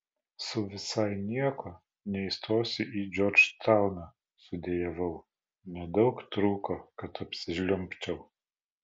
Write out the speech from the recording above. su visai nieko neįstosiu į džordžtauną sudejavau nedaug trūko kad apsižliumbčiau